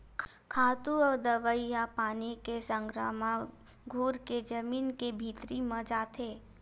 खातू अउ दवई ह पानी के संघरा म घुरके जमीन के भीतरी म जाथे